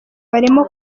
barimo